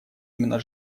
именно